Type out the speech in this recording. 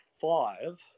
five